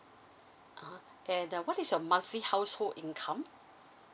uh and uh what is your monthly household income